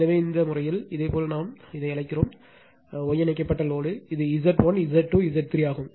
எனவே இந்த விஷயத்தில் இதேபோல் இதை நாம் அழைக்கிறோம் இதேபோல் Y இணைக்கப்பட்ட லோடு இது Z1 Z2 Z 3 ஆகும்